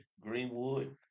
Greenwood